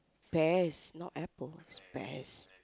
pears not apple it's pears